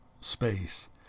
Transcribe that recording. space